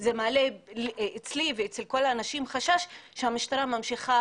זה מעלה אצלי ואצל כל האנשים חשש שהמשטרה ממשיכה